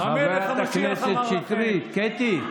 חברת הכנסת שטרית, קטי.